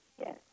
Yes